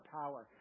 power